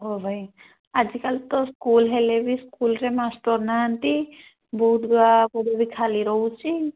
ହେଉ ଭାଇ ଆଜିକାଲି ତ ସ୍କୁଲ୍ ହେଲେ ବି ସ୍କୁଲରେ ମାଷ୍ଟର ନାହାନ୍ତି ବହୁତ ଗୁଡ଼ା ପଦବୀ ଖାଲି ରହୁଛି